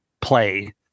play